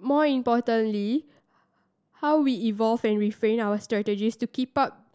more importantly how we evolve and refine our strategies to keep up